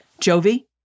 Jovi